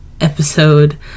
episode